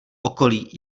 okolí